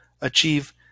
achieve